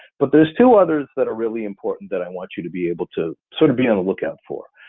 but there's two others that are really important that i want you to be able to sort of be on the lookout for.